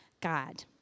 God